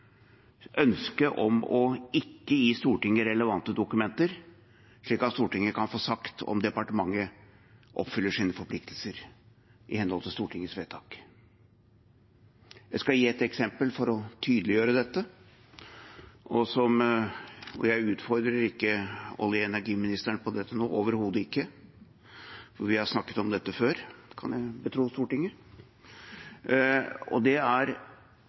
om å ikke gi Stortinget relevante dokumenter slik at Stortinget kan få sagt om departementet oppfyller sine forpliktelser i henhold til Stortingets vedtak. Jeg skal gi et eksempel for å tydeliggjøre dette, og jeg utfordrer ikke olje- og energiministeren på dette nå, overhodet ikke, for vi har snakket om dette før, kan jeg betro Stortinget. Det er